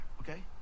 okay